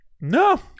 no